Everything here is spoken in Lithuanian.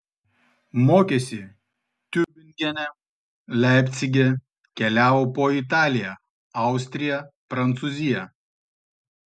mokėsi tiubingene leipcige keliavo po italiją austriją prancūziją